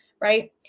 right